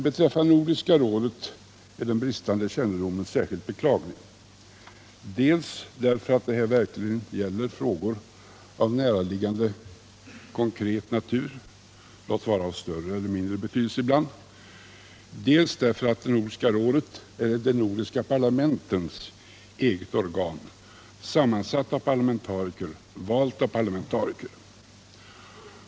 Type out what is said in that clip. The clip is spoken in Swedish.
Beträffande Nordiska rådet är emellertid den bristande kännedomen särskilt beklaglig dels därför att rådet behandlar frågor av näraliggande och konkret natur — låt vara att frågorna kan vara av mindre betydelse —, dels därför att Nordiska rådet är ett de nordiska parlamentens eget organ, sammansatt av parlamentariker och valt av parlamentariker.